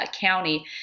county